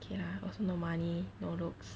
K lah also no money no looks